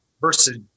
versus